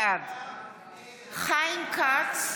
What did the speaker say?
בעד חיים כץ,